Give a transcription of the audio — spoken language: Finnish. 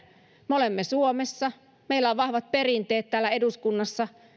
me olemme suomessa meillä on vahvat perinteet täällä eduskunnassa